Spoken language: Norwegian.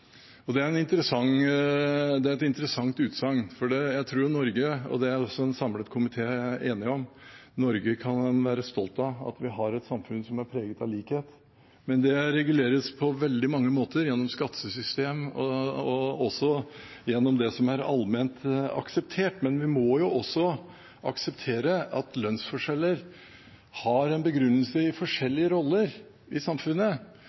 Det er et interessant utsagn. En samlet komité er enig om at Norge kan være stolt av at vi har et samfunn som er preget av likhet, men det reguleres på veldig mange måter gjennom skattesystem og også gjennom det som er allment akseptert. Men vi må akseptere at lønnsforskjeller har en begrunnelse i forskjellige roller i samfunnet.